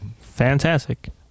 fantastic